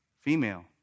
female